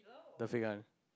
the fake one